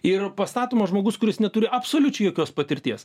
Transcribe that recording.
ir pastatomas žmogus kuris neturi absoliučiai jokios patirties